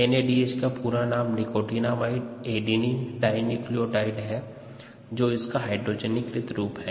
N A D H का पूरा नाम निकोटिनामाईड एडिनाइन डाईनुक्लियोटाईड है जो इसका हाइड्रोजनीकृत रूप हैं